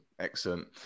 excellent